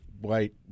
white